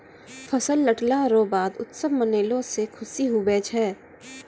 फसल लटला रो बाद उत्सव मनैलो से खुशी हुवै छै